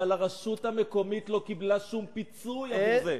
הרשות המקומית לא קיבלה שום פיצוי עבור זה.